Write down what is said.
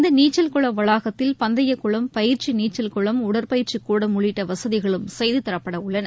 இந்த நீச்சல் குள வளாகத்தில் பந்தயக்குளம் பயிற்சி நீச்சல்குளம் உடற்பயிற்சி கூடம் உள்ளிட்ட வசதிகளும் செய்துதரப்பட உள்ளன